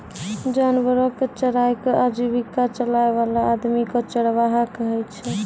जानवरो कॅ चराय कॅ आजीविका चलाय वाला आदमी कॅ चरवाहा कहै छै